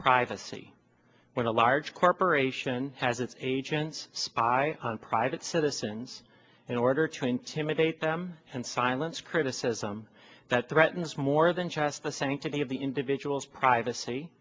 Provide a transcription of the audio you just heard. privacy when a large corporation has its agents spy on private citizens in order to intimidate them and silence criticism that threatens more than just the sanctity of the individual's privacy